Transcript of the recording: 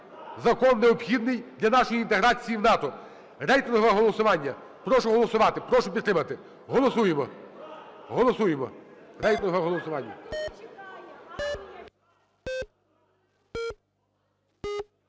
Закон необхідний для нашої інтеграції в НАТО. Рейтингове голосування. Прошу голосувати. Прошу підтримати. Голосуємо. Голосуємо. Рейтингове голосування.